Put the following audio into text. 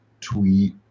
tweet